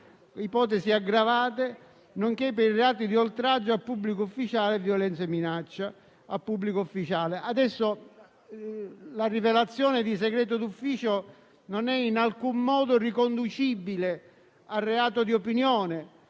ipotesi aggravate, nonché per il reato di oltraggio a pubblico ufficiale, violenza e minaccia a pubblico ufficiale. La rivelazione di segreto d'ufficio non è in alcun modo riconducibile al reato di opinione,